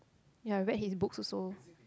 ya I read his books also